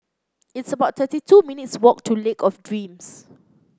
it's about thirty two minutes' walk to Lake of Dreams